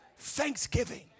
Thanksgiving